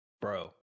bro